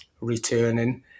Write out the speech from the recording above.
returning